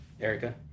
Erica